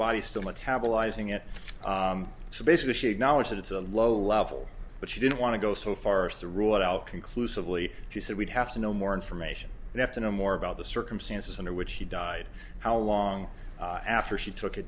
body still metabolizing it so basically she acknowledged that it's a low level but she didn't want to go so far as to rule it out conclusively she said we'd have to know more information and have to know more about the circumstances under which she died how long after she took it